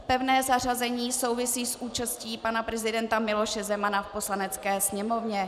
Pevné zařazení souvisí s účastí pana prezidenta Miloše Zemana v Poslanecké sněmovně.